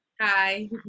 Hi